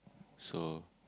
so